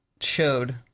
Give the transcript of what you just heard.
showed